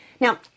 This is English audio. Now